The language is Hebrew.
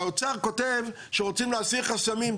האוצר כותב שרוצים להסיר חסמים.